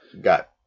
got